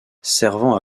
servant